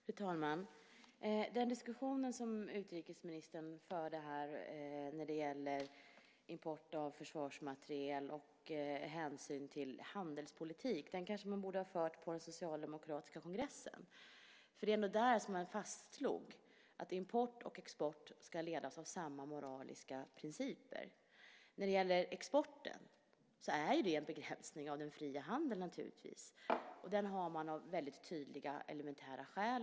Herr talman! Den diskussion som utrikesministern förde när det gäller import av försvarsmateriel och hänsyn till handelspolitik kanske man borde ha fört på den socialdemokratiska kongressen. Det är ändå där som man fastslog att import och export ska ledas av samma moraliska principer. När det gäller exporten är det naturligtvis en begränsning av den fria handeln. Den har man av tydliga elementära skäl.